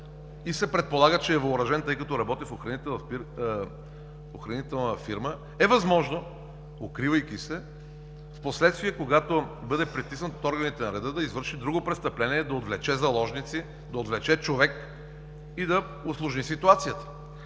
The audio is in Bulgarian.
и се предполага, че е въоръжен, тъй като работи в охранителна фирма, е възможно, укривайки се, впоследствие, когато бъде притиснат от органите на реда, да извърши друго престъпление – да отвлече заложници, да отвлече човек и да усложни ситуацията.